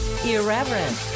Irreverent